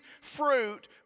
fruit